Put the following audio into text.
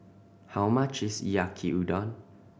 how much is Yaki Udon